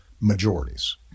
majorities